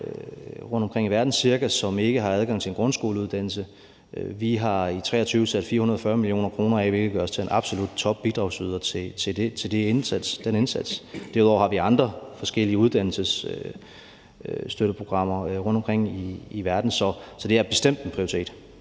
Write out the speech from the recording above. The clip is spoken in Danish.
rundtomkring i verden, som ikke har adgang til en grundskoleuddannelse. Vi har i 2023 sat 440 mio. kr. af, hvilket gør os til en absolut topbidragsyder til den indsats. Derudover har vi andre forskellige uddannelsesstøtteprogrammer rundtomkring i verden. Så det er bestemt en prioritet.